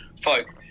folk